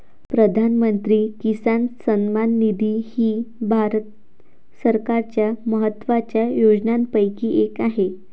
प्रधानमंत्री किसान सन्मान निधी ही भारत सरकारच्या महत्वाच्या योजनांपैकी एक आहे